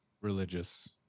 religious